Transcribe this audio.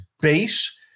base